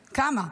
כמה?